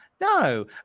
no